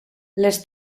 les